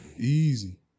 Easy